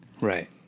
Right